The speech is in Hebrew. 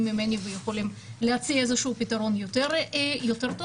ממני ויכולים להציע איזשהו פתרון יותר טוב,